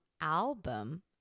Album